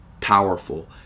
powerful